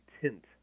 tint